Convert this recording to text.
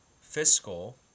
fiscal